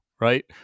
right